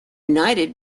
united